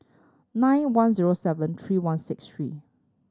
nine one zero seven three one six three